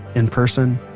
in-person,